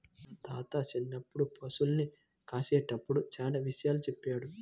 మా తాత చిన్నప్పుడు పశుల్ని కాసేటప్పుడు చానా విషయాలు చెప్పాడు